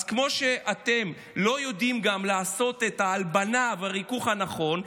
אז כמו שאתם לא יודעים לעשות את ההלבנה והריכוך הנכון,